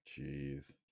Jeez